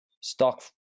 stock